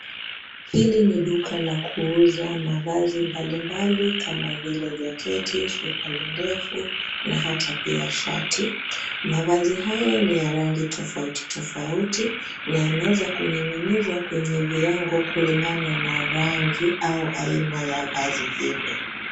Hili ni duka la kuuza mavazi mbalimbali kama vile jaketi, suruali ndefu na hata pia shati. Mavazi haya ni ya rangi tofauti tofauti na yameeza kuning'inizwa kwenye viango kulingana na rangi au aina ya vazi hilo.